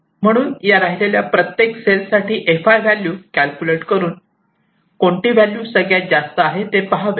म्हणून या राहिलेल्या प्रत्येक सेल्स साठी Fi व्हॅल्यू कॅल्क्युलेट करून कोणती व्हॅल्यू सगळ्यात जास्त आहे ते पहावे